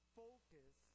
focus